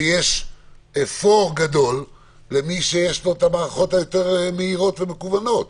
כשיש יתרון למי שיש מערכות יותר מהירות ומקוונות.